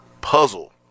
puzzle